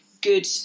good